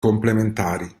complementari